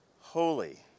holy